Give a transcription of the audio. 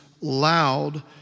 loud